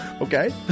Okay